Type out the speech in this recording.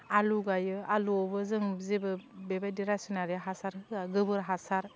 आलु गायो आलुवावबो जों जेबो बेबायदि रासायनारि हासार होआ गोबोर हासार